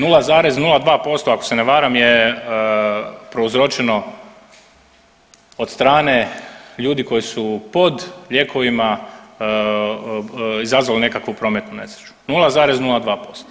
0,02% ako se ne varam je prouzročeno od strane ljudi koji su pod lijekovima izazvali nekakvu prometnu nesreću 0,02%